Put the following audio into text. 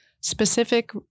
specific